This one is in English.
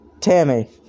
Tammy